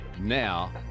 Now